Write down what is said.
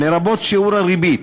לרבות שיעור הריבית.